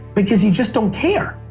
because you just don't care.